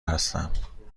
هستم